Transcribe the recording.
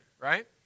right